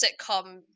sitcom